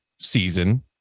season